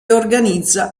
organizza